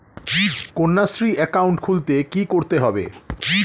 Kanyashree account খুলতে কী করতে হবে?